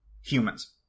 humans